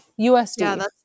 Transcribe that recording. USD